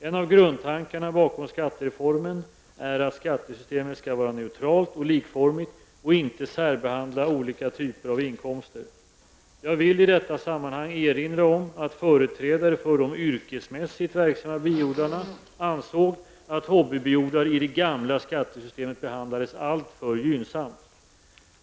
En av grundtankarna bakom skattereformen är att skattesystemet skall vara neutralt och likformigt och inte särbehandla olika typer av inkomster. Jag vill i detta sammanhang erinra om att företrädare för de yrkesmässigt verksamma biodlarna ansåg att hobbybiodlare i det gamla skattesystemet behandlades alltför gynnsamt.